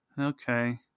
okay